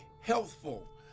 healthful